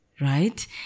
right